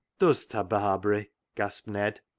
does ta, barbary? gasped ned.